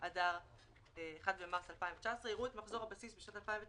באדר א' התשע"ט (1 במרס 2019) יראו את מחזור הבסיס בשנת 2019